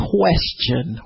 question